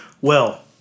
Well